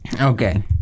Okay